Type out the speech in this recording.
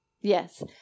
Yes